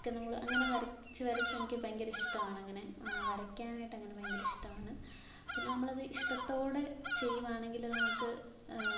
ഒക്കെ നമ്മള് അങ്ങനെ വരച്ച് വരച്ച് എനിക്ക് ഭയങ്കര ഇഷ്ടമാണ് അങ്ങനെ വരയ്ക്കാനായിട്ട് അങ്ങനെ ഭയങ്കര ഇഷ്ടമാണ് പിന്നെ നമ്മളത് ഇഷ്ടത്തോടെ ചെയ്യുകയാണെങ്കില് നമുക്ക്